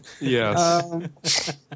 Yes